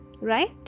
right